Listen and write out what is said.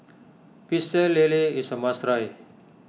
Pecel Lele is a must try